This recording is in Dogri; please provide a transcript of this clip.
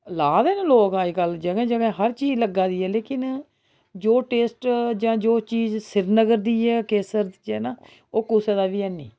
ला दे न लोक अज्जकल जगह् जगह् हर चीज लग्गै ही ऐ लेकिन जो टेस्ट जां जो चीज श्रीनगर दी ऐ केसर च ऐ न ओह् कुसै दा बी हैनी